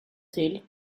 till